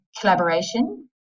collaboration